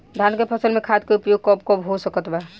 धान के फसल में खाद के उपयोग कब कब हो सकत बा?